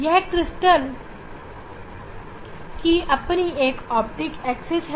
यह क्रिस्टल की अपनी एक ऑप्टिक एक्सिस है